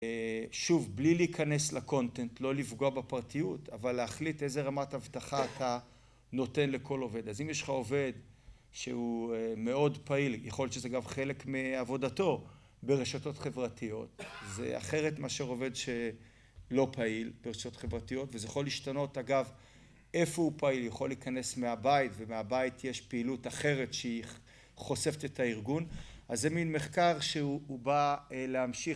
שוב, בלי להיכנס לקונטנט, לא לפגוע בפרטיות, אבל להחליט איזה רמת הבטחה אתה נותן לכל עובד. אז אם יש לך עובד שהוא מאוד פעיל, יכול להיות שזה אגב חלק מעבודתו ברשתות חברתיות, זה אחרת מאשר עובד שלא פעיל ברשתות חברתיות, וזה יכול להשתנות. אגב, איפה הוא פעיל, יכול להיכנס מהבית, ומהבית יש פעילות אחרת שהיא חושפת את הארגון, אז זה מין מחקר שהוא בא להמשיך